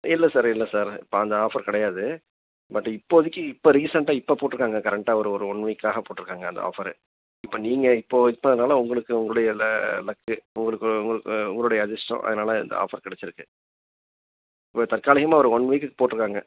இல்லை சார் இல்லை சார் இப்போ அந்த ஆஃபர் கிடையாது பட் இப்போதைக்கி இப்போ ரீசண்ட்டாக இப்போ போட்டிருக்காங்க கரெண்ட்டாக ஒரு ஒரு ஒன் வீக்காக போட்டிருக்காங்க அந்த ஆஃபரு இப்போ நீங்கள் இப்போது இப்பன்னால் உங்களுக்கு உங்களுடைய ல லக்கு உங்களுக்கு உங்களுக்கு உங்களுடைய அதிர்ஷ்டம் அதனால இந்த ஆஃபர் கிடச்சிருக்கு வ தற்காலிகமாக ஒரு ஒன் வீக்குக்கு போட்டிருக்காங்க